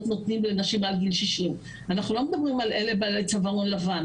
נותנים לנשים מעל גיל 60. אנחנו לא מדברים על אלה בעלות צווארון לבן,